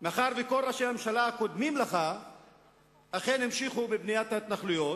מאחר שכל ראשי הממשלה הקודמים לך אכן המשיכו בבניית ההתנחלויות,